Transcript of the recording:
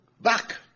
Back